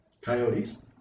Coyotes